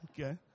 okay